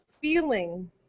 feeling